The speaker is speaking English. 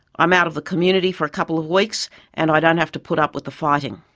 i'm out of the community for a couple of weeks and i don't have to put up with the fighting.